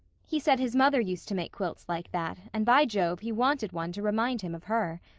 he said his mother used to make quilts like that, and by jove, he wanted one to remind him of her.